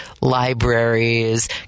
libraries